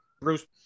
Bruce